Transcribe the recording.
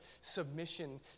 submission